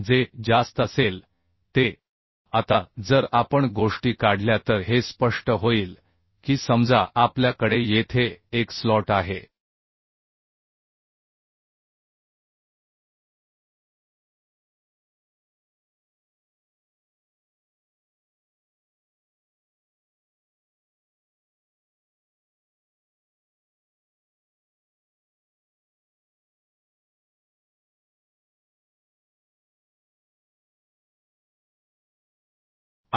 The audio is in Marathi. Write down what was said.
जे जास्त असेल ते आता जर आपण गोष्टी काढल्या तर हे स्पष्ट होईल की समजा आपल्या कडे येथे एक स्लॉट आहे